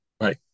right